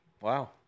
Wow